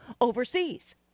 overseas